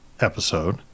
episode